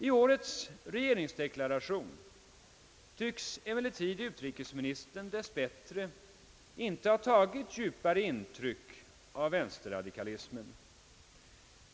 I årets regeringsdeklaration tycks emellertid utrikesministern dess bättre inte ha tagit djupare intryck av vänsterradikalismen.